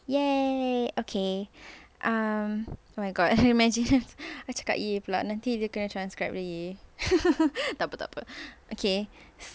!yay! okay um oh my god can you imagine I cakap !yay! pula nanti dia kena transcribe lagi takpe takpe okay